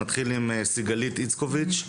נתחיל עם סיגל איצקוביץ',